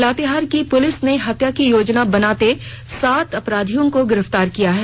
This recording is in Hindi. लातेहार जिले की पुलिस ने हत्या की योजना बनाते सात अपराधियों को गिरफ्तार किया है